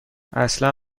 اصلا